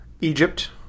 Egypt